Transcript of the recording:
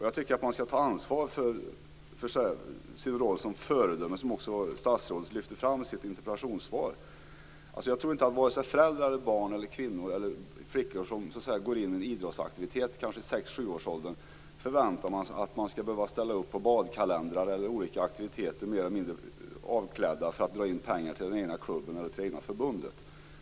Jag tycker att man skall ta ansvar i sin roll som föredöme, som statsrådet också lyfte fram i sitt interpellationssvar. Jag tror inte att vare sig föräldrar, barn eller flickor som går in i en idrottsaktivitet i 6-7-årsåldern förväntar sig att flickorna skall behöva ställa upp i badkalendrar eller olika aktiviteter mer eller mindre avklädda för att dra in pengar till den egna klubben eller det egna förbundet.